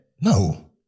No